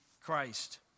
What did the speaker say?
Christ